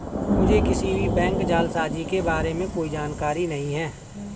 मुझें किसी भी बैंक जालसाजी के बारें में कोई जानकारी नहीं है